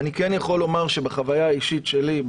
אני כן יכול לומר שבחוויה האישית שלי,